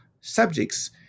subjects